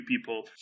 people